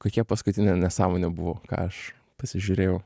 kokia paskutinė nesąmonė buvo ką aš pasižiūrėjau